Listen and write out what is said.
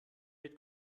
mit